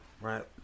right